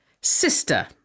sister